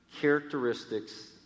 characteristics